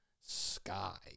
sky